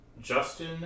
Justin